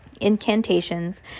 incantations